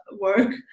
work